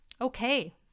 Okay